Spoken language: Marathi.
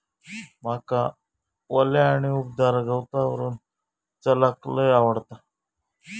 माका वल्या आणि उबदार गवतावरून चलाक लय आवडता